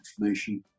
information